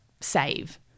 save